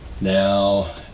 Now